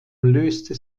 löste